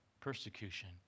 persecution